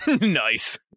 Nice